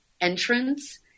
entrance